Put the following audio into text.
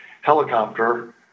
helicopter